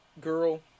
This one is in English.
girl